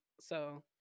so-